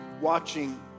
watching